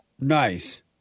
Nice